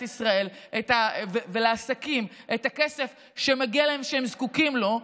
ישראל ולעסקים את הכסף שמגיע להם ושהם זקוקים לו,